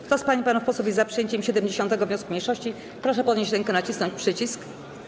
Kto z pań i panów posłów jest za przyjęciem 70. wniosku mniejszości, proszę podnieść rękę i nacisnąć przycisk.